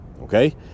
Okay